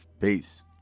Peace